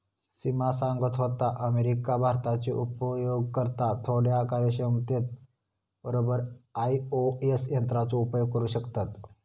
सिमा सांगत होता, अमेरिका, भारताचे उपयोगकर्ता थोड्या कार्यक्षमते बरोबर आई.ओ.एस यंत्राचो उपयोग करू शकतत